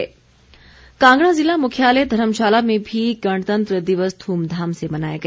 धर्मशाला समारोह कांगड़ा जिला मुख्यालय धर्मशाला में भी गणतंत्र दिवस ध्रमधाम से मनाया गया